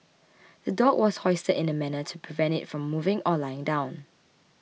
the dog was hoisted in a manner to prevent it from moving or lying down